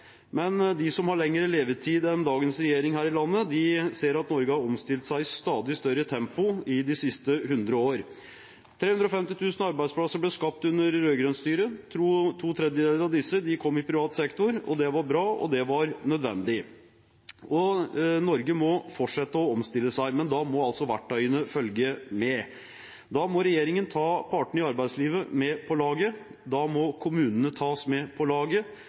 Men de som har lengre levetid enn dagens regjering her i landet, ser at Norge har omstilt seg i et stadig større tempo i de siste hundre år. 350 000 arbeidsplasser ble skapt under rød-grønt styre. To tredjedeler av disse kom i privat sektor. Det var bra, og det var nødvendig. Norge må fortsette å omstille seg, men da må verktøyene følge med. Da må regjeringen ta partene i arbeidslivet med på laget, da må kommunene tas med på laget,